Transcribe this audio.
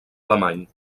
alemany